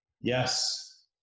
yes